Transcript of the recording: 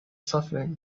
suffering